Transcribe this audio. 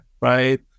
right